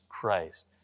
Christ